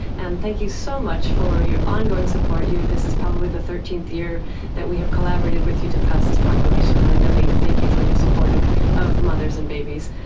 and thank you so much for your ongoing support. this is probably the thirteenth year that we have collaborated with you to pass this proclamation. and i really thank you for your support of of mothers and babies.